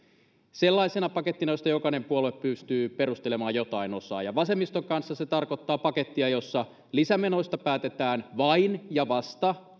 sellaisena pakettina josta jokainen puolue pystyy perustelemaan jotain osaa ja vasemmiston kanssa se tarkoittaa pakettia jossa lisämenoista päätetään vain ja vasta